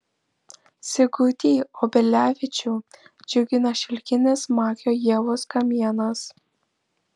sigutį obelevičių džiugina šilkinis makio ievos kamienas